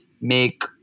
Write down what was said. make